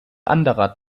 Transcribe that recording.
anderer